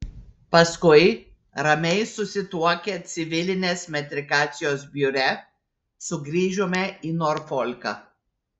paskui ramiai susituokę civilinės metrikacijos biure sugrįžome į norfolką